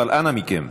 אבל אנא מכם,